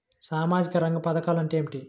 సామాజిక రంగ పధకాలు అంటే ఏమిటీ?